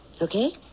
Okay